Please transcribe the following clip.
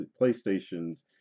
PlayStations